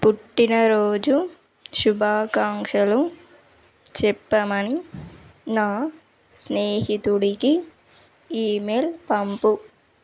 పుట్టినరోజు శుభాకాంక్షలు చెప్పమని నా స్నేహితుడికి ఈమెయిల్ పంపు